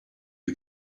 you